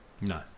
no